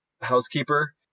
housekeeper